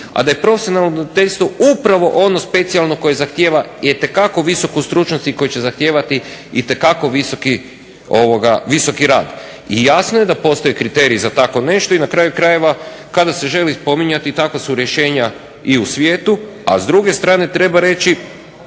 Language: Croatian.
a da je profesionalno udomiteljstvo upravo ono specijalno koje zahtjeva itekako visoku stručnost i koje će zahtijevati itekako visoki rad. I jasno je da postoje kriteriji za tako nešto i na kraju krajeva kada se želi spominjati takva su rješenja i u svijetu, a s druge strane treba reći